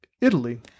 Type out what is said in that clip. Italy